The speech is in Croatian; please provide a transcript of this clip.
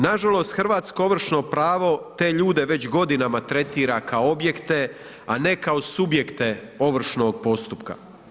Nažalost hrvatsko ovršno pravo te ljude već godinama tretira kao objekte, a ne kao subjekte ovršnog postupka.